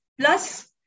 plus